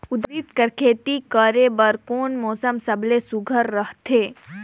उरीद कर खेती करे बर कोन मौसम सबले सुघ्घर रहथे?